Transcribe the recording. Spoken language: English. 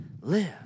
live